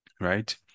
right